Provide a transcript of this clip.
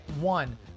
one